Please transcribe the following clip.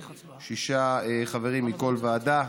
שישה חברים מכל ועדה.